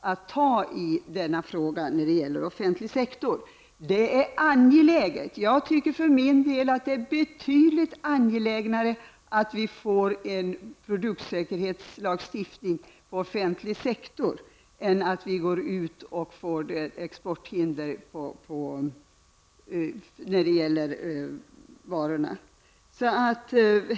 att ta i denna fråga när det gäller offentlig sektor. Jag tycker för min del att det är betydligt angelägnare att vi får en produktsäkerhetslagstiftning för offentlig sektor än att vi får exporthinder när det gäller varorna.